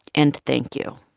and thank you